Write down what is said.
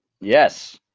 Yes